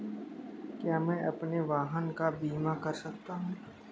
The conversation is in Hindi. क्या मैं अपने वाहन का बीमा कर सकता हूँ?